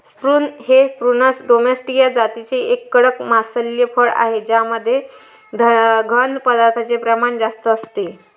prune हे Prunus domestica जातीचे एक कडक मांसल फळ आहे ज्यामध्ये घन पदार्थांचे प्रमाण जास्त असते